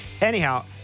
Anyhow